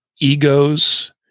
egos